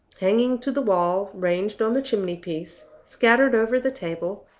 hanging to the wall, ranged on the chimney-piece, scattered over the table,